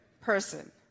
person